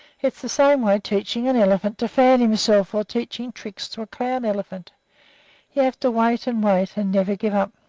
it's the same way teaching an elephant to fan himself or teaching tricks to a clown elephant you have to wait and wait, and never give up.